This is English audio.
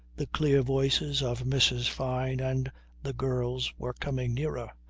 the clear voices of mrs. fyne and the girls were coming nearer,